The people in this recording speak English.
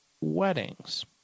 weddings